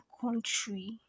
country